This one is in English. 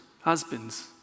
husbands